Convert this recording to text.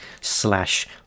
slash